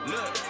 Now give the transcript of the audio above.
Look